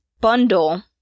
bundle